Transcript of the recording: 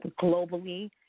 globally